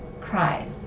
cries